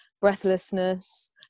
breathlessness